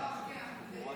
התכנון והבנייה (תיקון מס'